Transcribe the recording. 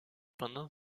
pendant